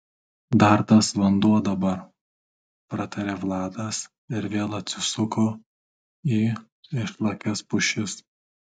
dar tas vanduo dabar pratarė vladas ir vėl atsisuko į išlakias pušis